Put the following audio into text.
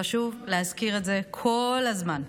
חשוב להזכיר את זה כל הזמן.